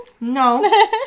no